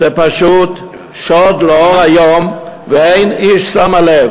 זה פשוט שוד לאור היום, ואין איש שם על לב.